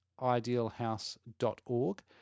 idealhouse.org